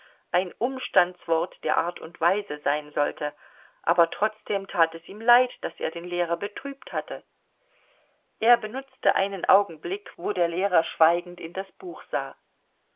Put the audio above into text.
ein umstandswort der art und weise sein sollte aber trotzdem tat es ihm leid daß er den lehrer betrübt hatte er benutzte einen augenblick wo der lehrer schweigend in das buch sah